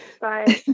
Bye